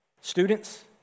students